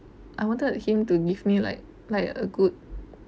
I wanted him to give me like like a good